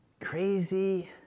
crazy